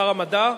שר המדע,